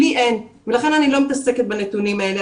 לי אין ולכן אני לא מתעסקת בנתונים האלה.